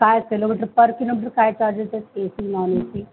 काय किलोमीटर पर किलोमीटर काय चार्जेस आहेत एसी नॉन एसी